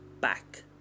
back